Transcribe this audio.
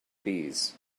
bees